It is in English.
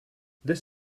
this